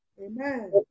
Amen